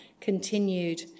continued